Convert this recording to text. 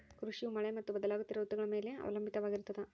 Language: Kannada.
ಕೃಷಿಯು ಮಳೆ ಮತ್ತು ಬದಲಾಗುತ್ತಿರೋ ಋತುಗಳ ಮ್ಯಾಲೆ ಅವಲಂಬಿತವಾಗಿರ್ತದ